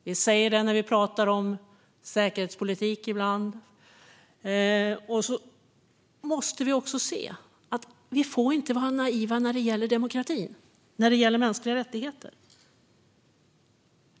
Vi säger det när vi talar om säkerhetspolitik ibland, men vi får inte heller vara naiva när det gäller demokrati och mänskliga rättigheter.